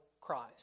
Christ